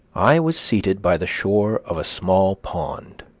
i was seated by the shore of a small pond,